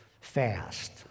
fast